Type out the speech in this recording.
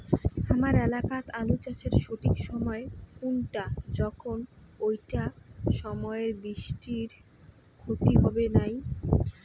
হামার এলাকাত আলু চাষের সঠিক সময় কুনটা যখন এইটা অসময়ের বৃষ্টিত ক্ষতি হবে নাই?